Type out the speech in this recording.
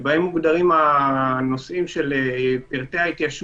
שבהם מוגדרים הנושאים של פרטי ההתיישנות,